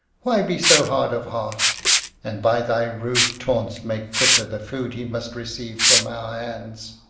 why be so hard of heart and by thy rude taunts make bitter the food he must receive from our hands?